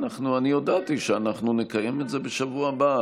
אני הודעתי שאנחנו נקיים את זה בשבוע הבא,